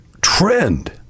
trend